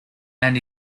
and